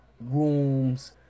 rooms